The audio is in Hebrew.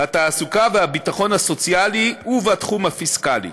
התעסוקה והביטחון הסוציאלי ובתחום הפיסקלי.